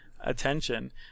attention